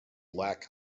lacked